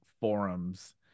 forums